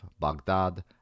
Baghdad